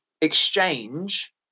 exchange